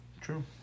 True